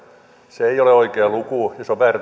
se ei ole oikea luku ja se on väärä